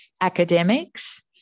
academics